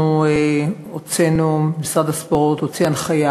אנחנו הוצאנו, משרד הספורט הוציא הנחיה